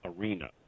arena